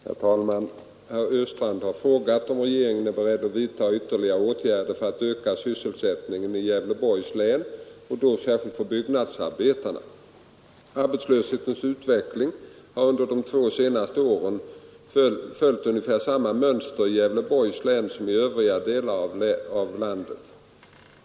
Herr talman! Herr Östrand har frågat om regeringen är beredd att vidta ytterligare åtgärder för att öka sysselsättningen i Gävleborgs län och då särskilt för byggnadsarbetarna. Arbetslöshetens utveckling har under de två senaste åren följt ungefär samma mönster i Gävleborgs län som i övriga delar av landet.